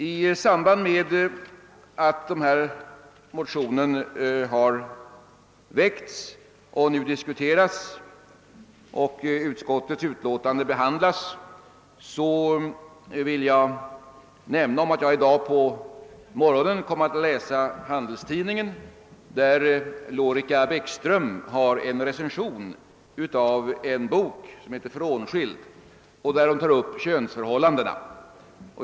I samband med att denna motion nu behandlats av utskottet vill jag nämna att jag i dag på morgonen kom att läsa Göteborgs Handelsoch Sjöfartstidning, där Lorica Beckström har en recension av boken »Frånskild» och där hon tar upp könsförhållandena.